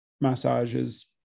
massages